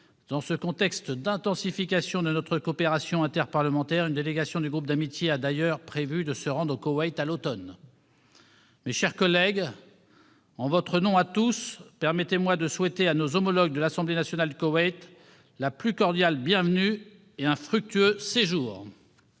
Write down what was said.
Dans ce contexte d'intensification de notre coopération interparlementaire, une délégation du groupe d'amitié a d'ailleurs prévu de se rendre au Koweït à l'automne. Mes chers collègues, en votre nom à tous, permettez-moi de souhaiter à nos homologues de l'Assemblée nationale du Koweït la plus cordiale bienvenue et un fructueux séjour.